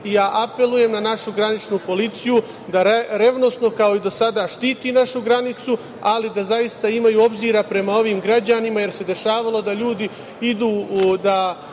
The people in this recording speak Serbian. Apelujem na našu graničnu policiju da revnosno, kao i do sada, štiti našu granicu, ali da zaista imaju obzira prema ovim građanima jer se dešavalo da ljudi idu da